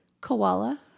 Koala